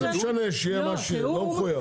מה זה משנה, שיהיה מה שיהיה, לא מחויב.